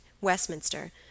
Westminster